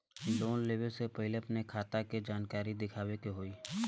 Loan लेवे से पहिले अपने खाता के जानकारी दिखावे के होई?